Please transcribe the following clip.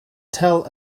tell